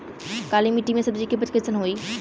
काली मिट्टी में सब्जी के उपज कइसन होई?